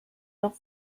noch